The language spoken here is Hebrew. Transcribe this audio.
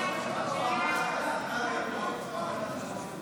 ז'בוטינסקי (ציון זכרו ופועלו)